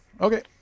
Okay